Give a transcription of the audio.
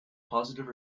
positive